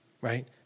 right